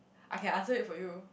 I can answer it for you